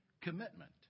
commitment